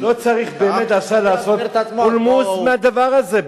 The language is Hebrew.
לא צריך באמת עכשיו לעשות פולמוס מהדבר הזה.